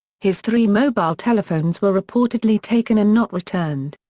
his three mobile telephones were reportedly taken and not returned.